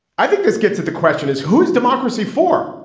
i think this gets at the question is who is democracy for,